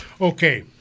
Okay